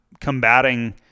combating